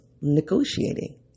negotiating